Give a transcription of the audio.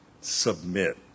submit